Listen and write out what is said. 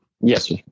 yes